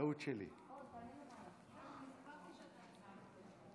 על אובדן תחושת הביטחון ברחוב הישראלי.